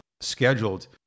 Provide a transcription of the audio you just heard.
scheduled